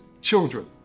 children